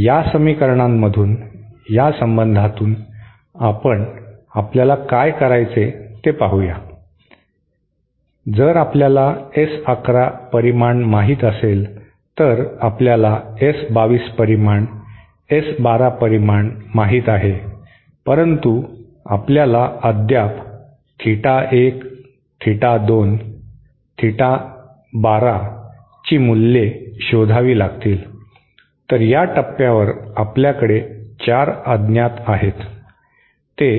या समीकरणांमधून या संबंधातून आपण आपल्यास काय करायचे ते पाहूया जर आपल्याला S 1 1 परिमाण माहित असेल तर आपल्याला S 2 2 परिमाण S 1 2 परिमाण माहित आहे परंतु आपल्याला अद्याप थीटा 1 थीटा 2 थीटा 1 2 ची मूल्ये शोधावी लागतील तर या टप्प्यावर आपल्याकडे 4 अज्ञात आहेत ते